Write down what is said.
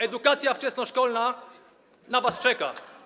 Edukacja wczesnoszkolna na was czeka.